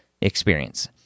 experience